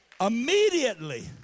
Immediately